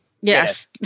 Yes